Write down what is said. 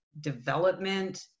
development